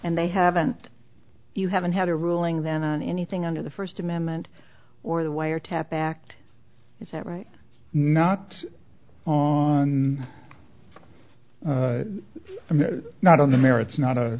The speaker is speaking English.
and they haven't you haven't had a ruling then on anything under the first amendment or the wiretap act is that right not on i'm not on the merits not a